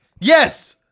Yes